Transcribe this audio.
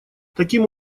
таким